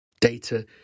data